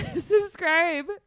subscribe